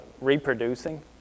reproducing